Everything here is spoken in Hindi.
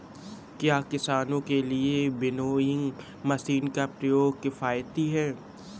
क्या किसानों के लिए विनोइंग मशीन का प्रयोग किफायती है?